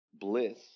Bliss